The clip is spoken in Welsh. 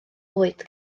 lwyd